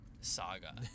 saga